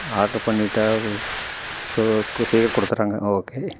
order பண்ணிவிட்டா சீக்கிரம் கொடுத்துட்றாங்க ஓகே